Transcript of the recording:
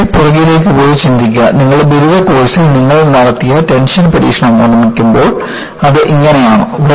വെറുതെ പുറകിലേക്ക് പോയി ചിന്തിക്കുക നിങ്ങളുടെ ബിരുദ കോഴ്സിൽ നിങ്ങൾ നടത്തിയ ടെൻഷൻ പരീക്ഷണം ഓർമ്മിക്കുമ്പോൾ അത് ഇങ്ങനെയാണോ